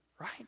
right